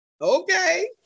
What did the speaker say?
okay